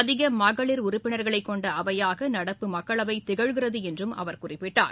அதிக மகளிர் உறுப்பினர்களை கொண்ட அவையாக நடப்பு மக்களவை திகழ்கிறது என்றும் அவர் குறிப்பிட்டார்